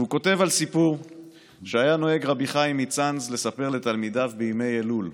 והוא כותב על סיפור שהיה נוהג רבי חיים מצאנז לספר לתלמידיו בימי אלול,